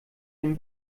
dem